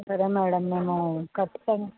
సరే మ్యాడం నేను ఖచ్చితంగా